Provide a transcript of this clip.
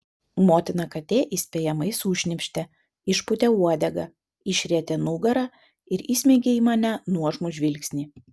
motina katė įspėjamai sušnypštė išpūtė uodegą išrietė nugarą ir įsmeigė į mane nuožmų žvilgsnį